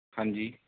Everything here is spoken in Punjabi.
ਹਾਂਜੀ